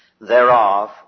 thereof